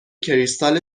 کریستال